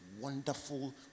wonderful